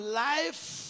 life